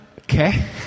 okay